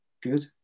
good